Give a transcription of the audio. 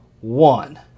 one